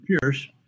Pierce